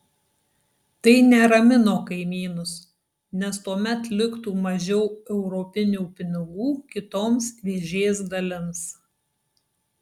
tai neramino kaimynus nes tuomet liktų mažiau europinių pinigų kitoms vėžės dalims